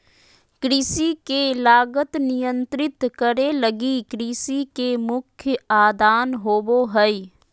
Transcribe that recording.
कृषि के लागत नियंत्रित करे लगी कृषि के मुख्य आदान होबो हइ